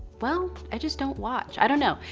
well, i just don't watch. i don't know.